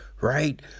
right